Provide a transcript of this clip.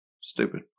Stupid